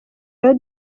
rero